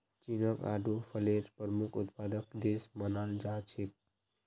चीनक आडू फलेर प्रमुख उत्पादक देश मानाल जा छेक